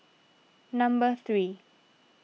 number three